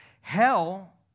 Hell